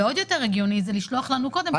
ועוד יותר הגיוני זה לשלוח לנו קודם כדי שנוכל לקרוא.